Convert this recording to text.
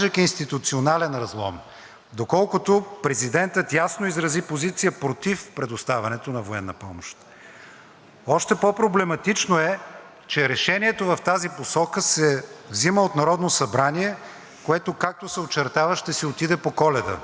Още по проблематично е, че решението в тази посока се взима от Народното събрание, което, както се очертава, ще си отиде по Коледа. Решение, с което се задължава временен кабинет – служебен кабинет, назначен от президента,